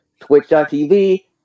twitch.tv